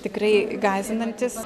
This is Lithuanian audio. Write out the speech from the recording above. tikrai gąsdinantis